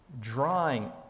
drawing